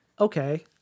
Okay